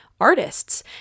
artists